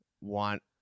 want